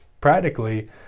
practically